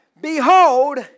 Behold